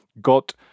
got